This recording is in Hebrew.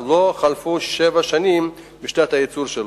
ולא חלפו שבע שנים משנת הייצור שלו,